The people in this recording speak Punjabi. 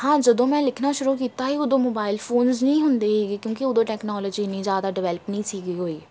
ਹਾਂ ਜਦੋਂ ਮੈਂ ਲਿਖਣਾ ਸ਼ੁਰੂ ਕੀਤਾ ਸੀ ਉਦੋਂ ਮੋਬਾਇਲ ਫੋਨਸ ਨਹੀਂ ਹੁੰਦੇ ਸੀਗੇ ਕਿਉਂਕਿ ਉਦੋਂ ਟੈਕਨੋਲਜੀ ਇੰਨੀ ਜ਼ਿਆਦਾ ਡਿਵੈਲਪ ਨਹੀਂ ਸੀਗੀ ਹੋਈ